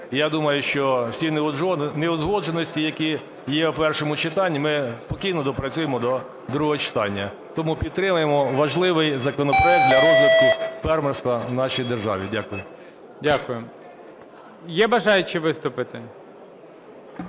Я думаю, всі неузгодженості, які є в першому читанні, ми спокійно допрацюємо до другого читання. Тому підтримаємо важливий законопроект для розвитку фермерства в нашій державі. Дякую. ГОЛОВУЮЧИЙ. Дякую. Є бажаючі виступити?